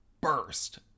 burst